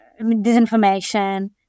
disinformation